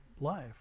life